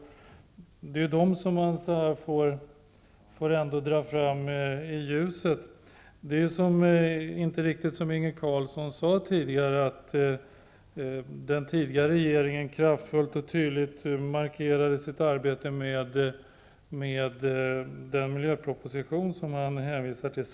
Det är dem som man måste dra fram i ljuset. Det är inte riktigt som Inge Carlsson tidigare sade, nämligen att den föregående regeringen kraftfullt och tydligt gjorde en markering i och med den miljöproposition som han hänvisar till.